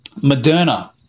Moderna